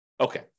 Okay